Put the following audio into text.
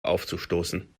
aufzustoßen